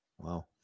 wow